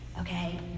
Okay